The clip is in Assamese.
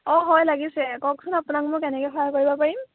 অঁ হয় লাগিছে কওকচোন আপোনাক মই কেনেকৈ সহায় কৰিব পাৰিম